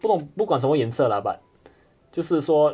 不懂不管什么颜色 lah but 就是说